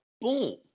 boom